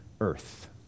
Earth